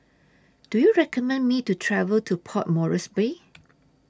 Do YOU recommend Me to travel to Port Moresby